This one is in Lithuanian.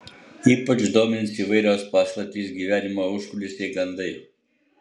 ypač domins įvairios paslaptys gyvenimo užkulisiai gandai